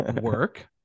work